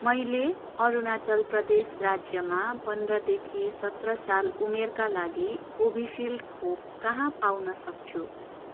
मैले अरुणाचल प्रदेश राज्यमा पन्ध्रदेखि सत्र साल उमेरका लागि कोभिसिल्ड खोप कहाँ पाउन सक्छु